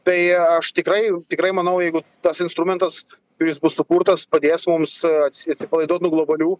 tai aš tikrai tikrai manau jeigu tas instrumentas kuris bus sukurtas padės mums atsi atsipalaiduoti nuo globalių